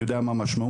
אני יודע מה המשמעות.